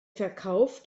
verkauf